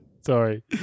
sorry